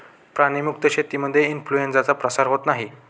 प्राणी मुक्त शेतीमुळे इन्फ्लूएन्झाचा प्रसार होत नाही